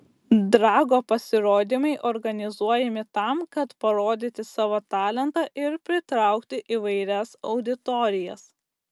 drago pasirodymai organizuojami tam kad parodyti savo talentą ir pritraukti įvairias auditorijas